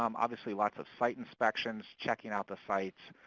um obviously, lots of site inspections, checking out the sites,